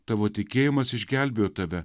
tavo tikėjimas išgelbėjo tave